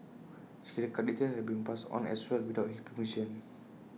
his credit card details had been passed on as well without his permission